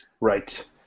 Right